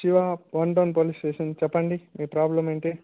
Shiva Pandem Palli station చెప్పండి మీ problem ఏంటి